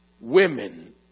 women